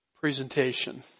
presentation